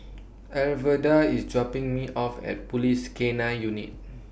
Alverda IS dropping Me off At Police K nine Unit